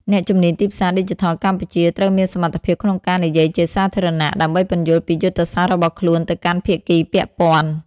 អ្នកជំនាញទីផ្សារឌីជីថលកម្ពុជាត្រូវមានសមត្ថភាពក្នុងការនិយាយជាសាធារណៈ ដើម្បីពន្យល់ពីយុទ្ធសាស្ត្ររបស់ខ្លួនទៅកាន់ភាគីពាក់ព័ន្ធ។